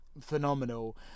phenomenal